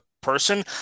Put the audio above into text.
person